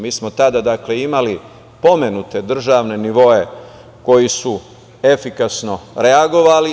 Mi smo tada, dakle, imali pomenute državne nivoe koji su efikasno reagovali.